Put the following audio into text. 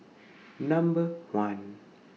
Number one